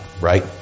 right